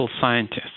scientists